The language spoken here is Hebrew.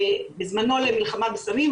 בזמנו למלחמה בסמים,